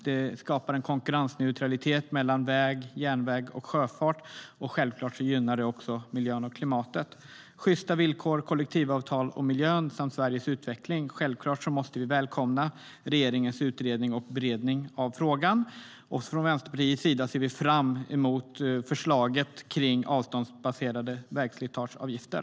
De skapar en konkurrensneutralitet mellan väg, järnväg och sjöfart. Självklart gynnar de också miljön och klimatet. Det handlar om sjysta villkor, kollektivavtal, miljön samt Sveriges utveckling. Självklart måste vi välkomna regeringens utredning och beredning av frågan. Från Vänsterpartiets sida ser vi fram emot förslaget om avståndsbaserade vägslitageavgifter.